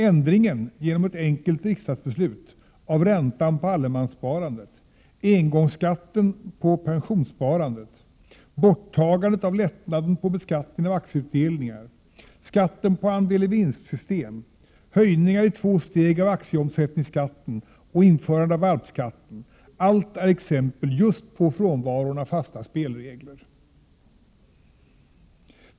Ändringen — genom ett enkelt riksdagsbeslut — av räntan på allemanssparandet, engångsskatten på pensionssparandet, borttagandet av lättnaden på beskattningen av aktieutdelningar, skatten på andel-i-vinstsystem, höjningar i två steg av aktieomsättningsskatten och införandet av valpskatten, allt är exempel just på frånvaron av fasta spelregler.